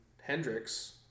Hendrix